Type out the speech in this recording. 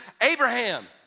Abraham